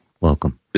welcome